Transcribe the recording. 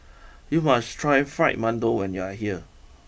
you must try Fried Mantou when you are here